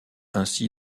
ainsi